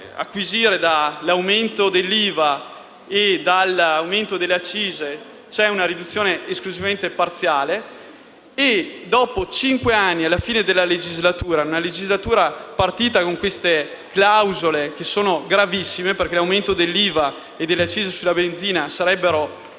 acquisire dall'aumento dell'IVA e dall'aumento delle accise, c'è una riduzione esclusivamente parziale. Dopo cinque anni - al termine di una legislatura partita con queste clausole presenti, perché l'aumento dell'IVA e delle accise sulla benzina saranno